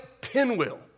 pinwheel